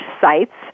sites